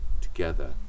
together